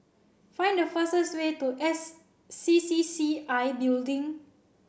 find the fastest way to S C C C I Building